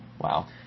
Wow